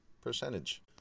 percentage